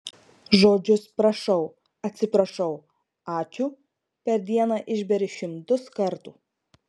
žodžius prašau atsiprašau ačiū per dieną išberi šimtus kartų